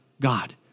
God